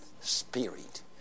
spirit